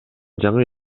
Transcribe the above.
жаңы